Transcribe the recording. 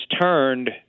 turned